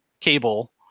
cable